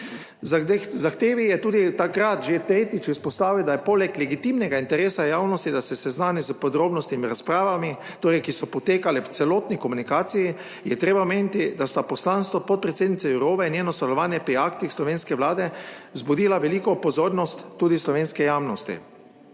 zahtevi je tudi takrat že tretjič, izpostavil, da je poleg legitimnega interesa javnosti, da se seznani s podrobnostmi in razpravami torej, ki so potekale v celotni komunikaciji, je treba omeniti, da sta poslanstvo podpredsednice Jourove in njeno sodelovanje pri aktih slovenske Vlade, vzbudila veliko pozornost tudi slovenski javnosti.